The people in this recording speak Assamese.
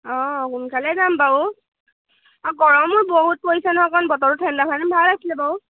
অঁ সোনকালে যাম বাৰু অঁ গৰমও বহুত পৰিছে নহয় অকণমান বতৰটো ঠাণ্ডা হ'লে ভাল আছিলে বাৰু